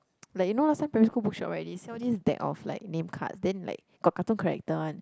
like you know last time primary school book shop right they sell this deck of like name cards then like got cartoon character one